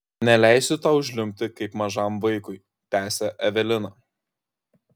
neleisiu tau žliumbti kaip mažam vaikui tęsė evelina